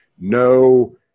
no